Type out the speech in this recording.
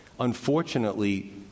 Unfortunately